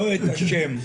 לא את השם.